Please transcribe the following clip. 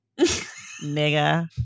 nigga